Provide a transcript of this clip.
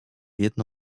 jedną